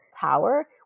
power